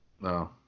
No